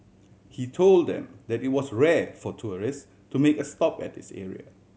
he told them that it was rare for tourist to make a stop at this area